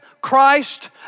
Christ